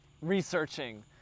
researching